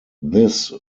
this